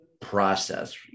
process